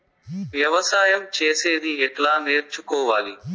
వ్యవసాయం చేసేది ఎట్లా నేర్చుకోవాలి?